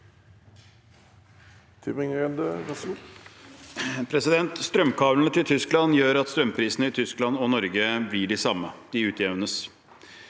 Strøm- kablene til Tyskland gjør at strømprisene i Tyskland og Norge blir de samme, de utjevnes.